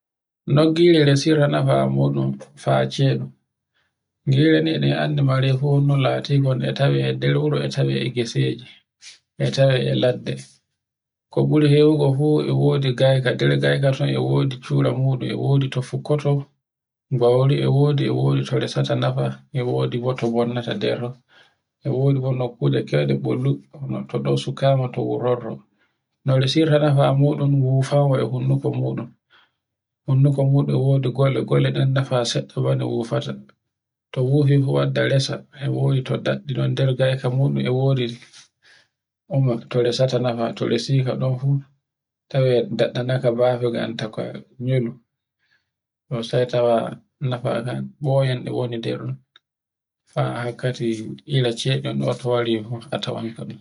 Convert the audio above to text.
No gire resirta nafa muɗum fa acceɗum. Gire ni e anndi ɗe anndi mafrefuwel lati gon no tawe nder wuro e tawe e geseji e tawe e ladde. Ko buri hewugo fu e wodi gayka, nder gayka ton e wodi cura muɗum e wodi to fukkoto. Bauri e wodi e wodi to resata nafa, e wodi bo to bonnata nder. E wodi bo nokkuje keyɗe ɓullo to ɗo sukama to wurtoto. No resirta nafa muɗum wufango e honduko muɗum. Honduko muɗum e wodi gole, gole ɗen na seɗɗe bone wufata. To wufi fu wadda resa e wowi to daɗɗi non nɗer gayka muɗum. E wodi to resata nafa, to resika ɗon fu tawai daɗɗa naka bafe ngan tokkoya nyul sai tawa nafakan boyan e woni nder a hakkadi ira chedun do to wari fu a tawan.